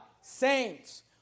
Saints